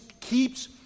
keeps